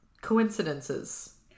coincidences